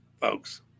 folks